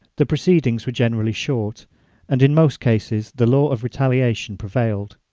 the proceedings were generally short and in most cases the law of retaliation prevailed.